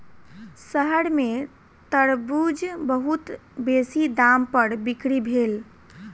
शहर में तरबूज बहुत बेसी दाम पर बिक्री भेल